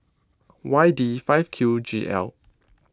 Y D five Q G L